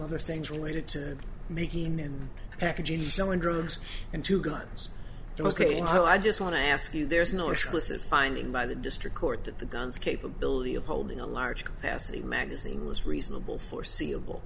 other things related to making and packaging selling drugs into guns i just want to ask you there is no interest in finding by the district court that the guns capability of holding a large capacity magazine was reasonable foreseeable